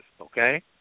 Okay